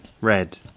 Red